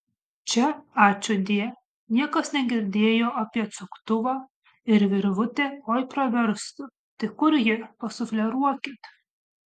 čia ačiūdie niekas negirdėjo apie atsuktuvą ir virvutė oi praverstų tik kur ji pasufleruokit